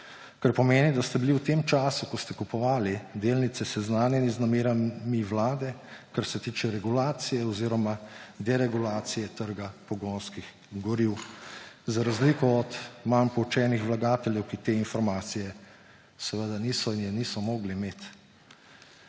kar pomeni, da ste bili v tem času, ko ste kupovali delnice, seznanjeni z namerami vlade, kar se tiče regulacije oziroma deregulacije trga pogonskih goriv; za razliko od manj poučenih vlagatelj, ki te informacije niso imeli in je niso mogli imeti.